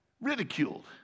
ridiculed